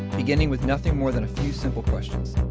beginning with nothing more than a few simple questions.